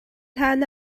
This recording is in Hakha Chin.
hlan